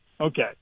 okay